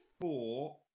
four